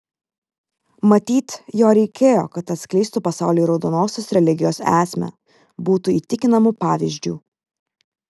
matyt jo reikėjo kad atskleistų pasauliui raudonosios religijos esmę būtų įtikinamu pavyzdžiu